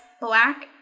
Black